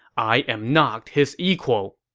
i am not his equal.